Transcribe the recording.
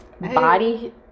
Body